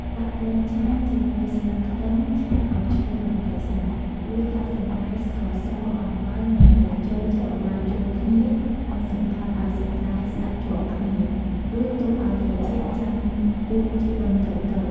ដាក់ប្រេងឆាជាមួយស្លឹកខ្ទឹមឆាឱ្យឈ្ងុយបន្តិចសិន រួចដាក់សណ្តែក ស្ករស អំបិល និងម្រេចចូលច្របល់ចូលគ្នានិងសង្កត់ឱ្យសណ្តែកស្អិតជាប់គ្នា រួចទុកឱ្យត្រជាក់ចាំពូតជាដុំតូចៗ។